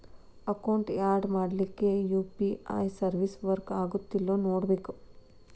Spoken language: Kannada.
ಅಕೌಂಟ್ ಯಾಡ್ ಮಾಡ್ಲಿಕ್ಕೆ ಯು.ಪಿ.ಐ ಸರ್ವಿಸ್ ವರ್ಕ್ ಆಗತ್ತೇಲ್ಲೋ ನೋಡ್ಕೋಬೇಕ್